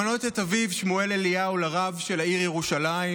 למנות את אביו שמואל אליהו לרב של העיר ירושלים